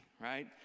right